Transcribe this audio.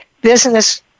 business